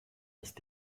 ist